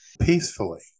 Peacefully